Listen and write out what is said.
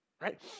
right